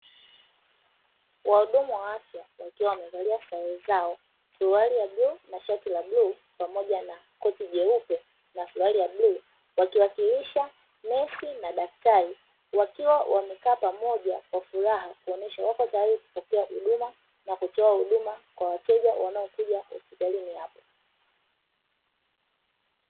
Wahudumu wa afya wakiwa wamevalia sare zao, suruali ya bluu na shati ya bluu pamoja na koti jeupe na suruali ya bluu wakiwakilisha nesi na daktari, wakiwa wamekaa pamoja kwa furaha kuonyesha wapo tayari kupokea huduma, na kutoa huduma kwa wateja wanaokuja hospitalini hapo.